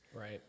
Right